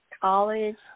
college